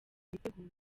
biteguye